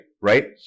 right